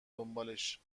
دنبالش